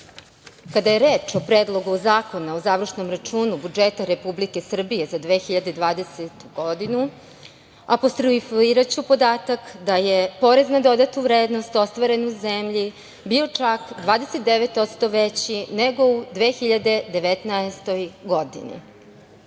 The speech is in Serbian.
je reč o Predlogu zakona o Završnom računu budžeta Republike Srbije za 2020. godinu, apostrofiraću podatak da je porez na dodatu vrednost ostvaren u zemlji bio čak 29% veći nego u 2019. godini. Kada